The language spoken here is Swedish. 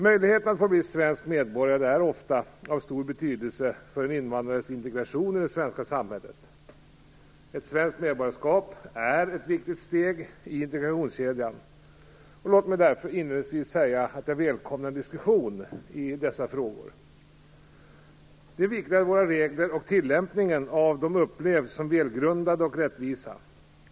Möjligheten att få bli svensk medborgare är ofta av stor betydelse för en invandrares integration i det svenska samhället. Ett svenskt medborgarskap är ett viktigt steg i integrationskedjan. Låt mig därför inledningsvis säga att jag välkomnar en diskussion om dessa frågor. Det är viktigt att våra regler och tillämpningen av dem upplevs som välgrundade och rättvisa.